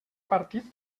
partit